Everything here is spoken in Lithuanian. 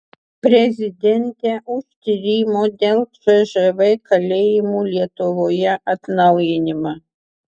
prezidentė už tyrimo dėl cžv kalėjimų lietuvoje atnaujinimą